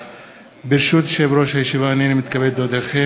33 בעד, ללא מתנגדים.